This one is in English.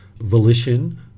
volition